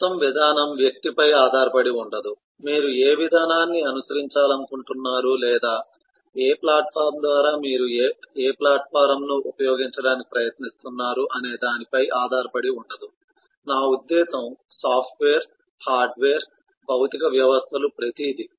మొత్తం విధానం వ్యక్తిపై ఆధారపడి ఉండదు మీరు ఏ విధానాన్ని అనుసరించాలనుకుంటున్నారు లేదా ప్లాట్ఫారమ్ ద్వారా మీరు ఏ ప్లాట్ఫారమ్ను ఉపయోగించడానికి ప్రయత్నిస్తున్నారు అనే దానిపై ఆధారపడి ఉండదు నా ఉద్దేశ్యం సాఫ్ట్వేర్ హార్డ్వేర్ భౌతిక వ్యవస్థలు ప్రతిదీ